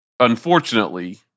Unfortunately